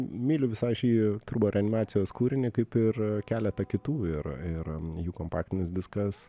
myliu visai šį turboreanimacijos kūrinį kaip ir keletą kitų ir ir jų kompaktinis diskas